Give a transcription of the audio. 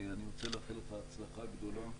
אני רוצה לאחל לך הצלחה גדולה,